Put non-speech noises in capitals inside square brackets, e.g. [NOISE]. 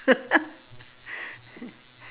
[LAUGHS]